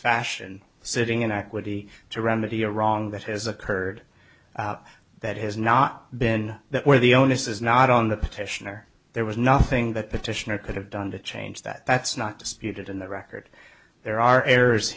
fashion sitting in equity to remedy a wrong that has occurred that has not been that where the onus is not on the petitioner there was nothing that petitioner could have done to change that that's not disputed in the record there are errors